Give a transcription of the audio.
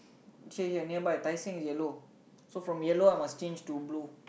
change here Tai-Seng is yellow so from yellow I must change to blue